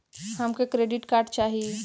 हमके credit card चाही